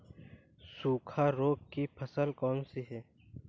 सूखा रोग की फसल कौन सी है?